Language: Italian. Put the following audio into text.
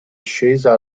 ascesa